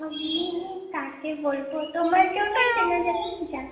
আমি কাকে বলবো তোমার কেউ নেই চেনা জানা যাহ